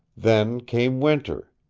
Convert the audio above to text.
then came winter.